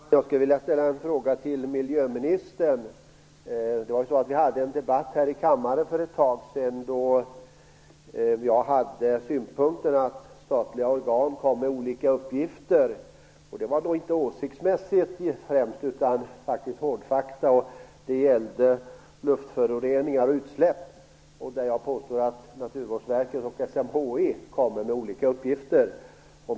Fru talman! Jag vill ställa en fråga till miljöministern. För ett tag sedan hade vi en debatt här i kammaren då jag framförde synpunkten att statliga organ kommer med olika uppgifter. Det gäller inte åsiktsmässigt utan främst hårdfakta, i det här fallet angående luftföroreningar och utsläpp. Naturvårdsverket och SMHI hade lämnat olika uppgifter.